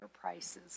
prices